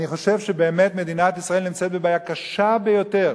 אני חושב שבאמת מדינת ישראל נמצאת בבעיה קשה ביותר,